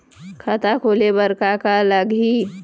खाता खोले बर का का लगही?